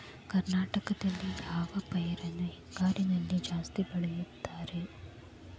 ಕರ್ನಾಟಕದಲ್ಲಿ ಯಾವ ಪೈರನ್ನು ಹಿಂಗಾರಿನಲ್ಲಿ ಜಾಸ್ತಿ ಬೆಳೆಯುತ್ತಾರೆ?